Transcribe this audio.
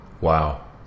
Wow